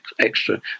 extra